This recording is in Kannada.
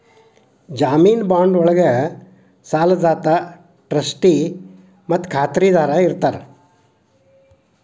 ಜಾಮೇನು ಬಾಂಡ್ ಒಳ್ಗ ಸಾಲದಾತ ಟ್ರಸ್ಟಿ ಮತ್ತ ಖಾತರಿದಾರ ಇರ್ತಾರ